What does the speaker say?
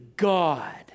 God